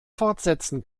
fortsetzen